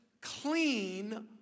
clean